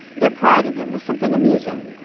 their pride in him was something amusing,